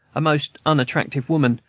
a most unattractive woman,